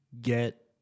get